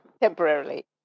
temporarily